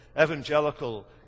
evangelical